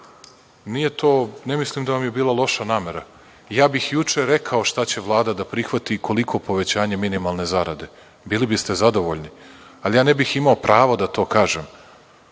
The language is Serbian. Ne mislim da vam je bila loša namera. Ja bih juče rekao šta će Vlada da prihvati i koliko povećanje minimalne zarade, bili biste zadovoljni, ali ja ne bih imao pravo da to kažem,